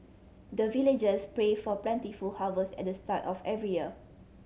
the villagers pray for plentiful harvest at the start of every year